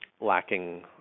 lacking